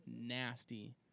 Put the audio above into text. nasty